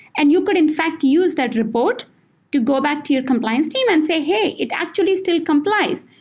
and you could in fact use that report to go back to your compliance team and say, hey, it actually still complies.